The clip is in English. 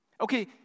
Okay